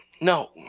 No